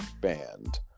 band